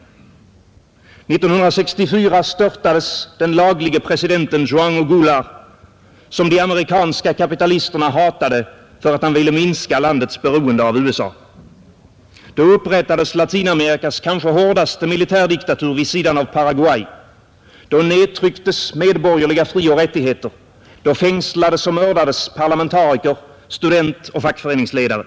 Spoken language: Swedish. År 1964 störtades den laglige presidenten Joao Goulart, som de amerikanska kapitalisterna hatade för att han ville minska landets beroende av USA. Då upprättades Latinamerikas kanske hårdaste militärdiktatur vid sidan av Paraguay, då nedtrycktes medborgerliga frioch rättigheter, då fängslades och mördades parlamentariker, studentoch fackföreningsledare.